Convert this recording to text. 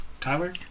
Tyler